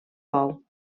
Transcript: bou